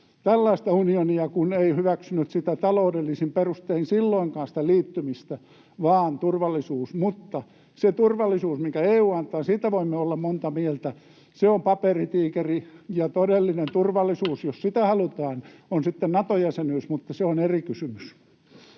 tällaista unionia, kun ei hyväksynyt taloudellisin perustein silloinkaan sitä liittymistä, vaan turvallisuusperustein. Mutta siitä turvallisuudesta, minkä EU antaa, voimme olla monta mieltä. Se on paperitiikeri, ja todellinen turvallisuus, jos sitä halutaan, on sitten Nato-jäsenyys, mutta se on eri kysymys.